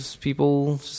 people